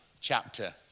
chapter